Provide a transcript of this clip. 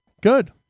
Good